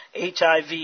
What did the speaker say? HIV